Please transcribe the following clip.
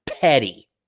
petty